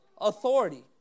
authority